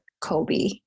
Kobe